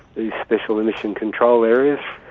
these special emission control areas,